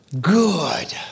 good